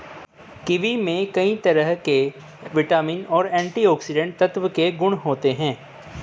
kiwi में कई तरह के विटामिन और एंटीऑक्सीडेंट तत्व के गुण होते है